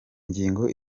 ngingo